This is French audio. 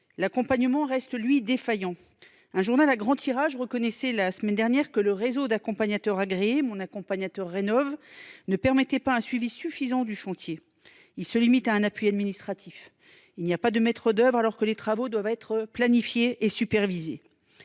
l’accompagnement reste, lui, défaillant. Un journal à grand tirage reconnaissait la semaine dernière que le réseau d’accompagnateurs agréés, Mon Accompagnateur Rénov’, ne permettait pas un suivi suffisant des chantiers : il se limite en effet à un appui administratif. Il n’y a pas de maître d’œuvre, alors que les travaux doivent être planifiés et supervisés.